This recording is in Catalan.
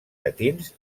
llatins